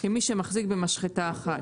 כמי שמחזיק כמשחטה אחת.